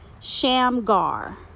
Shamgar